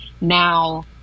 now